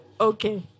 okay